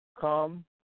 Come